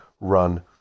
run